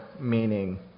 meaning